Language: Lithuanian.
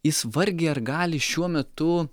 jis vargiai ar gali šiuo metu